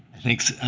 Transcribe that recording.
thanks.